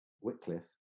Wycliffe